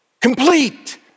Complete